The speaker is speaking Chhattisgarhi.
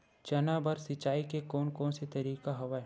चना बर सिंचाई के कोन कोन तरीका हवय?